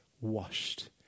washed